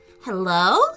Hello